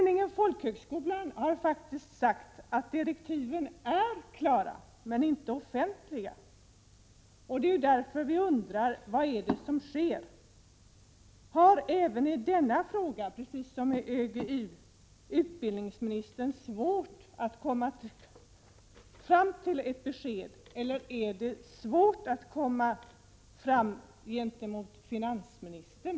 Tidningen Folkhögskolan har faktiskt sagt att direktiven är klara, men inte offentliga. Det är därför vi undrar: Vad är det som sker? Har utbildningsministern i denna fråga, liksom när det gäller ÖGY-reformen, svårt att komma fram till ett besked, eller är det svårt att komma fram gentemot finansministern?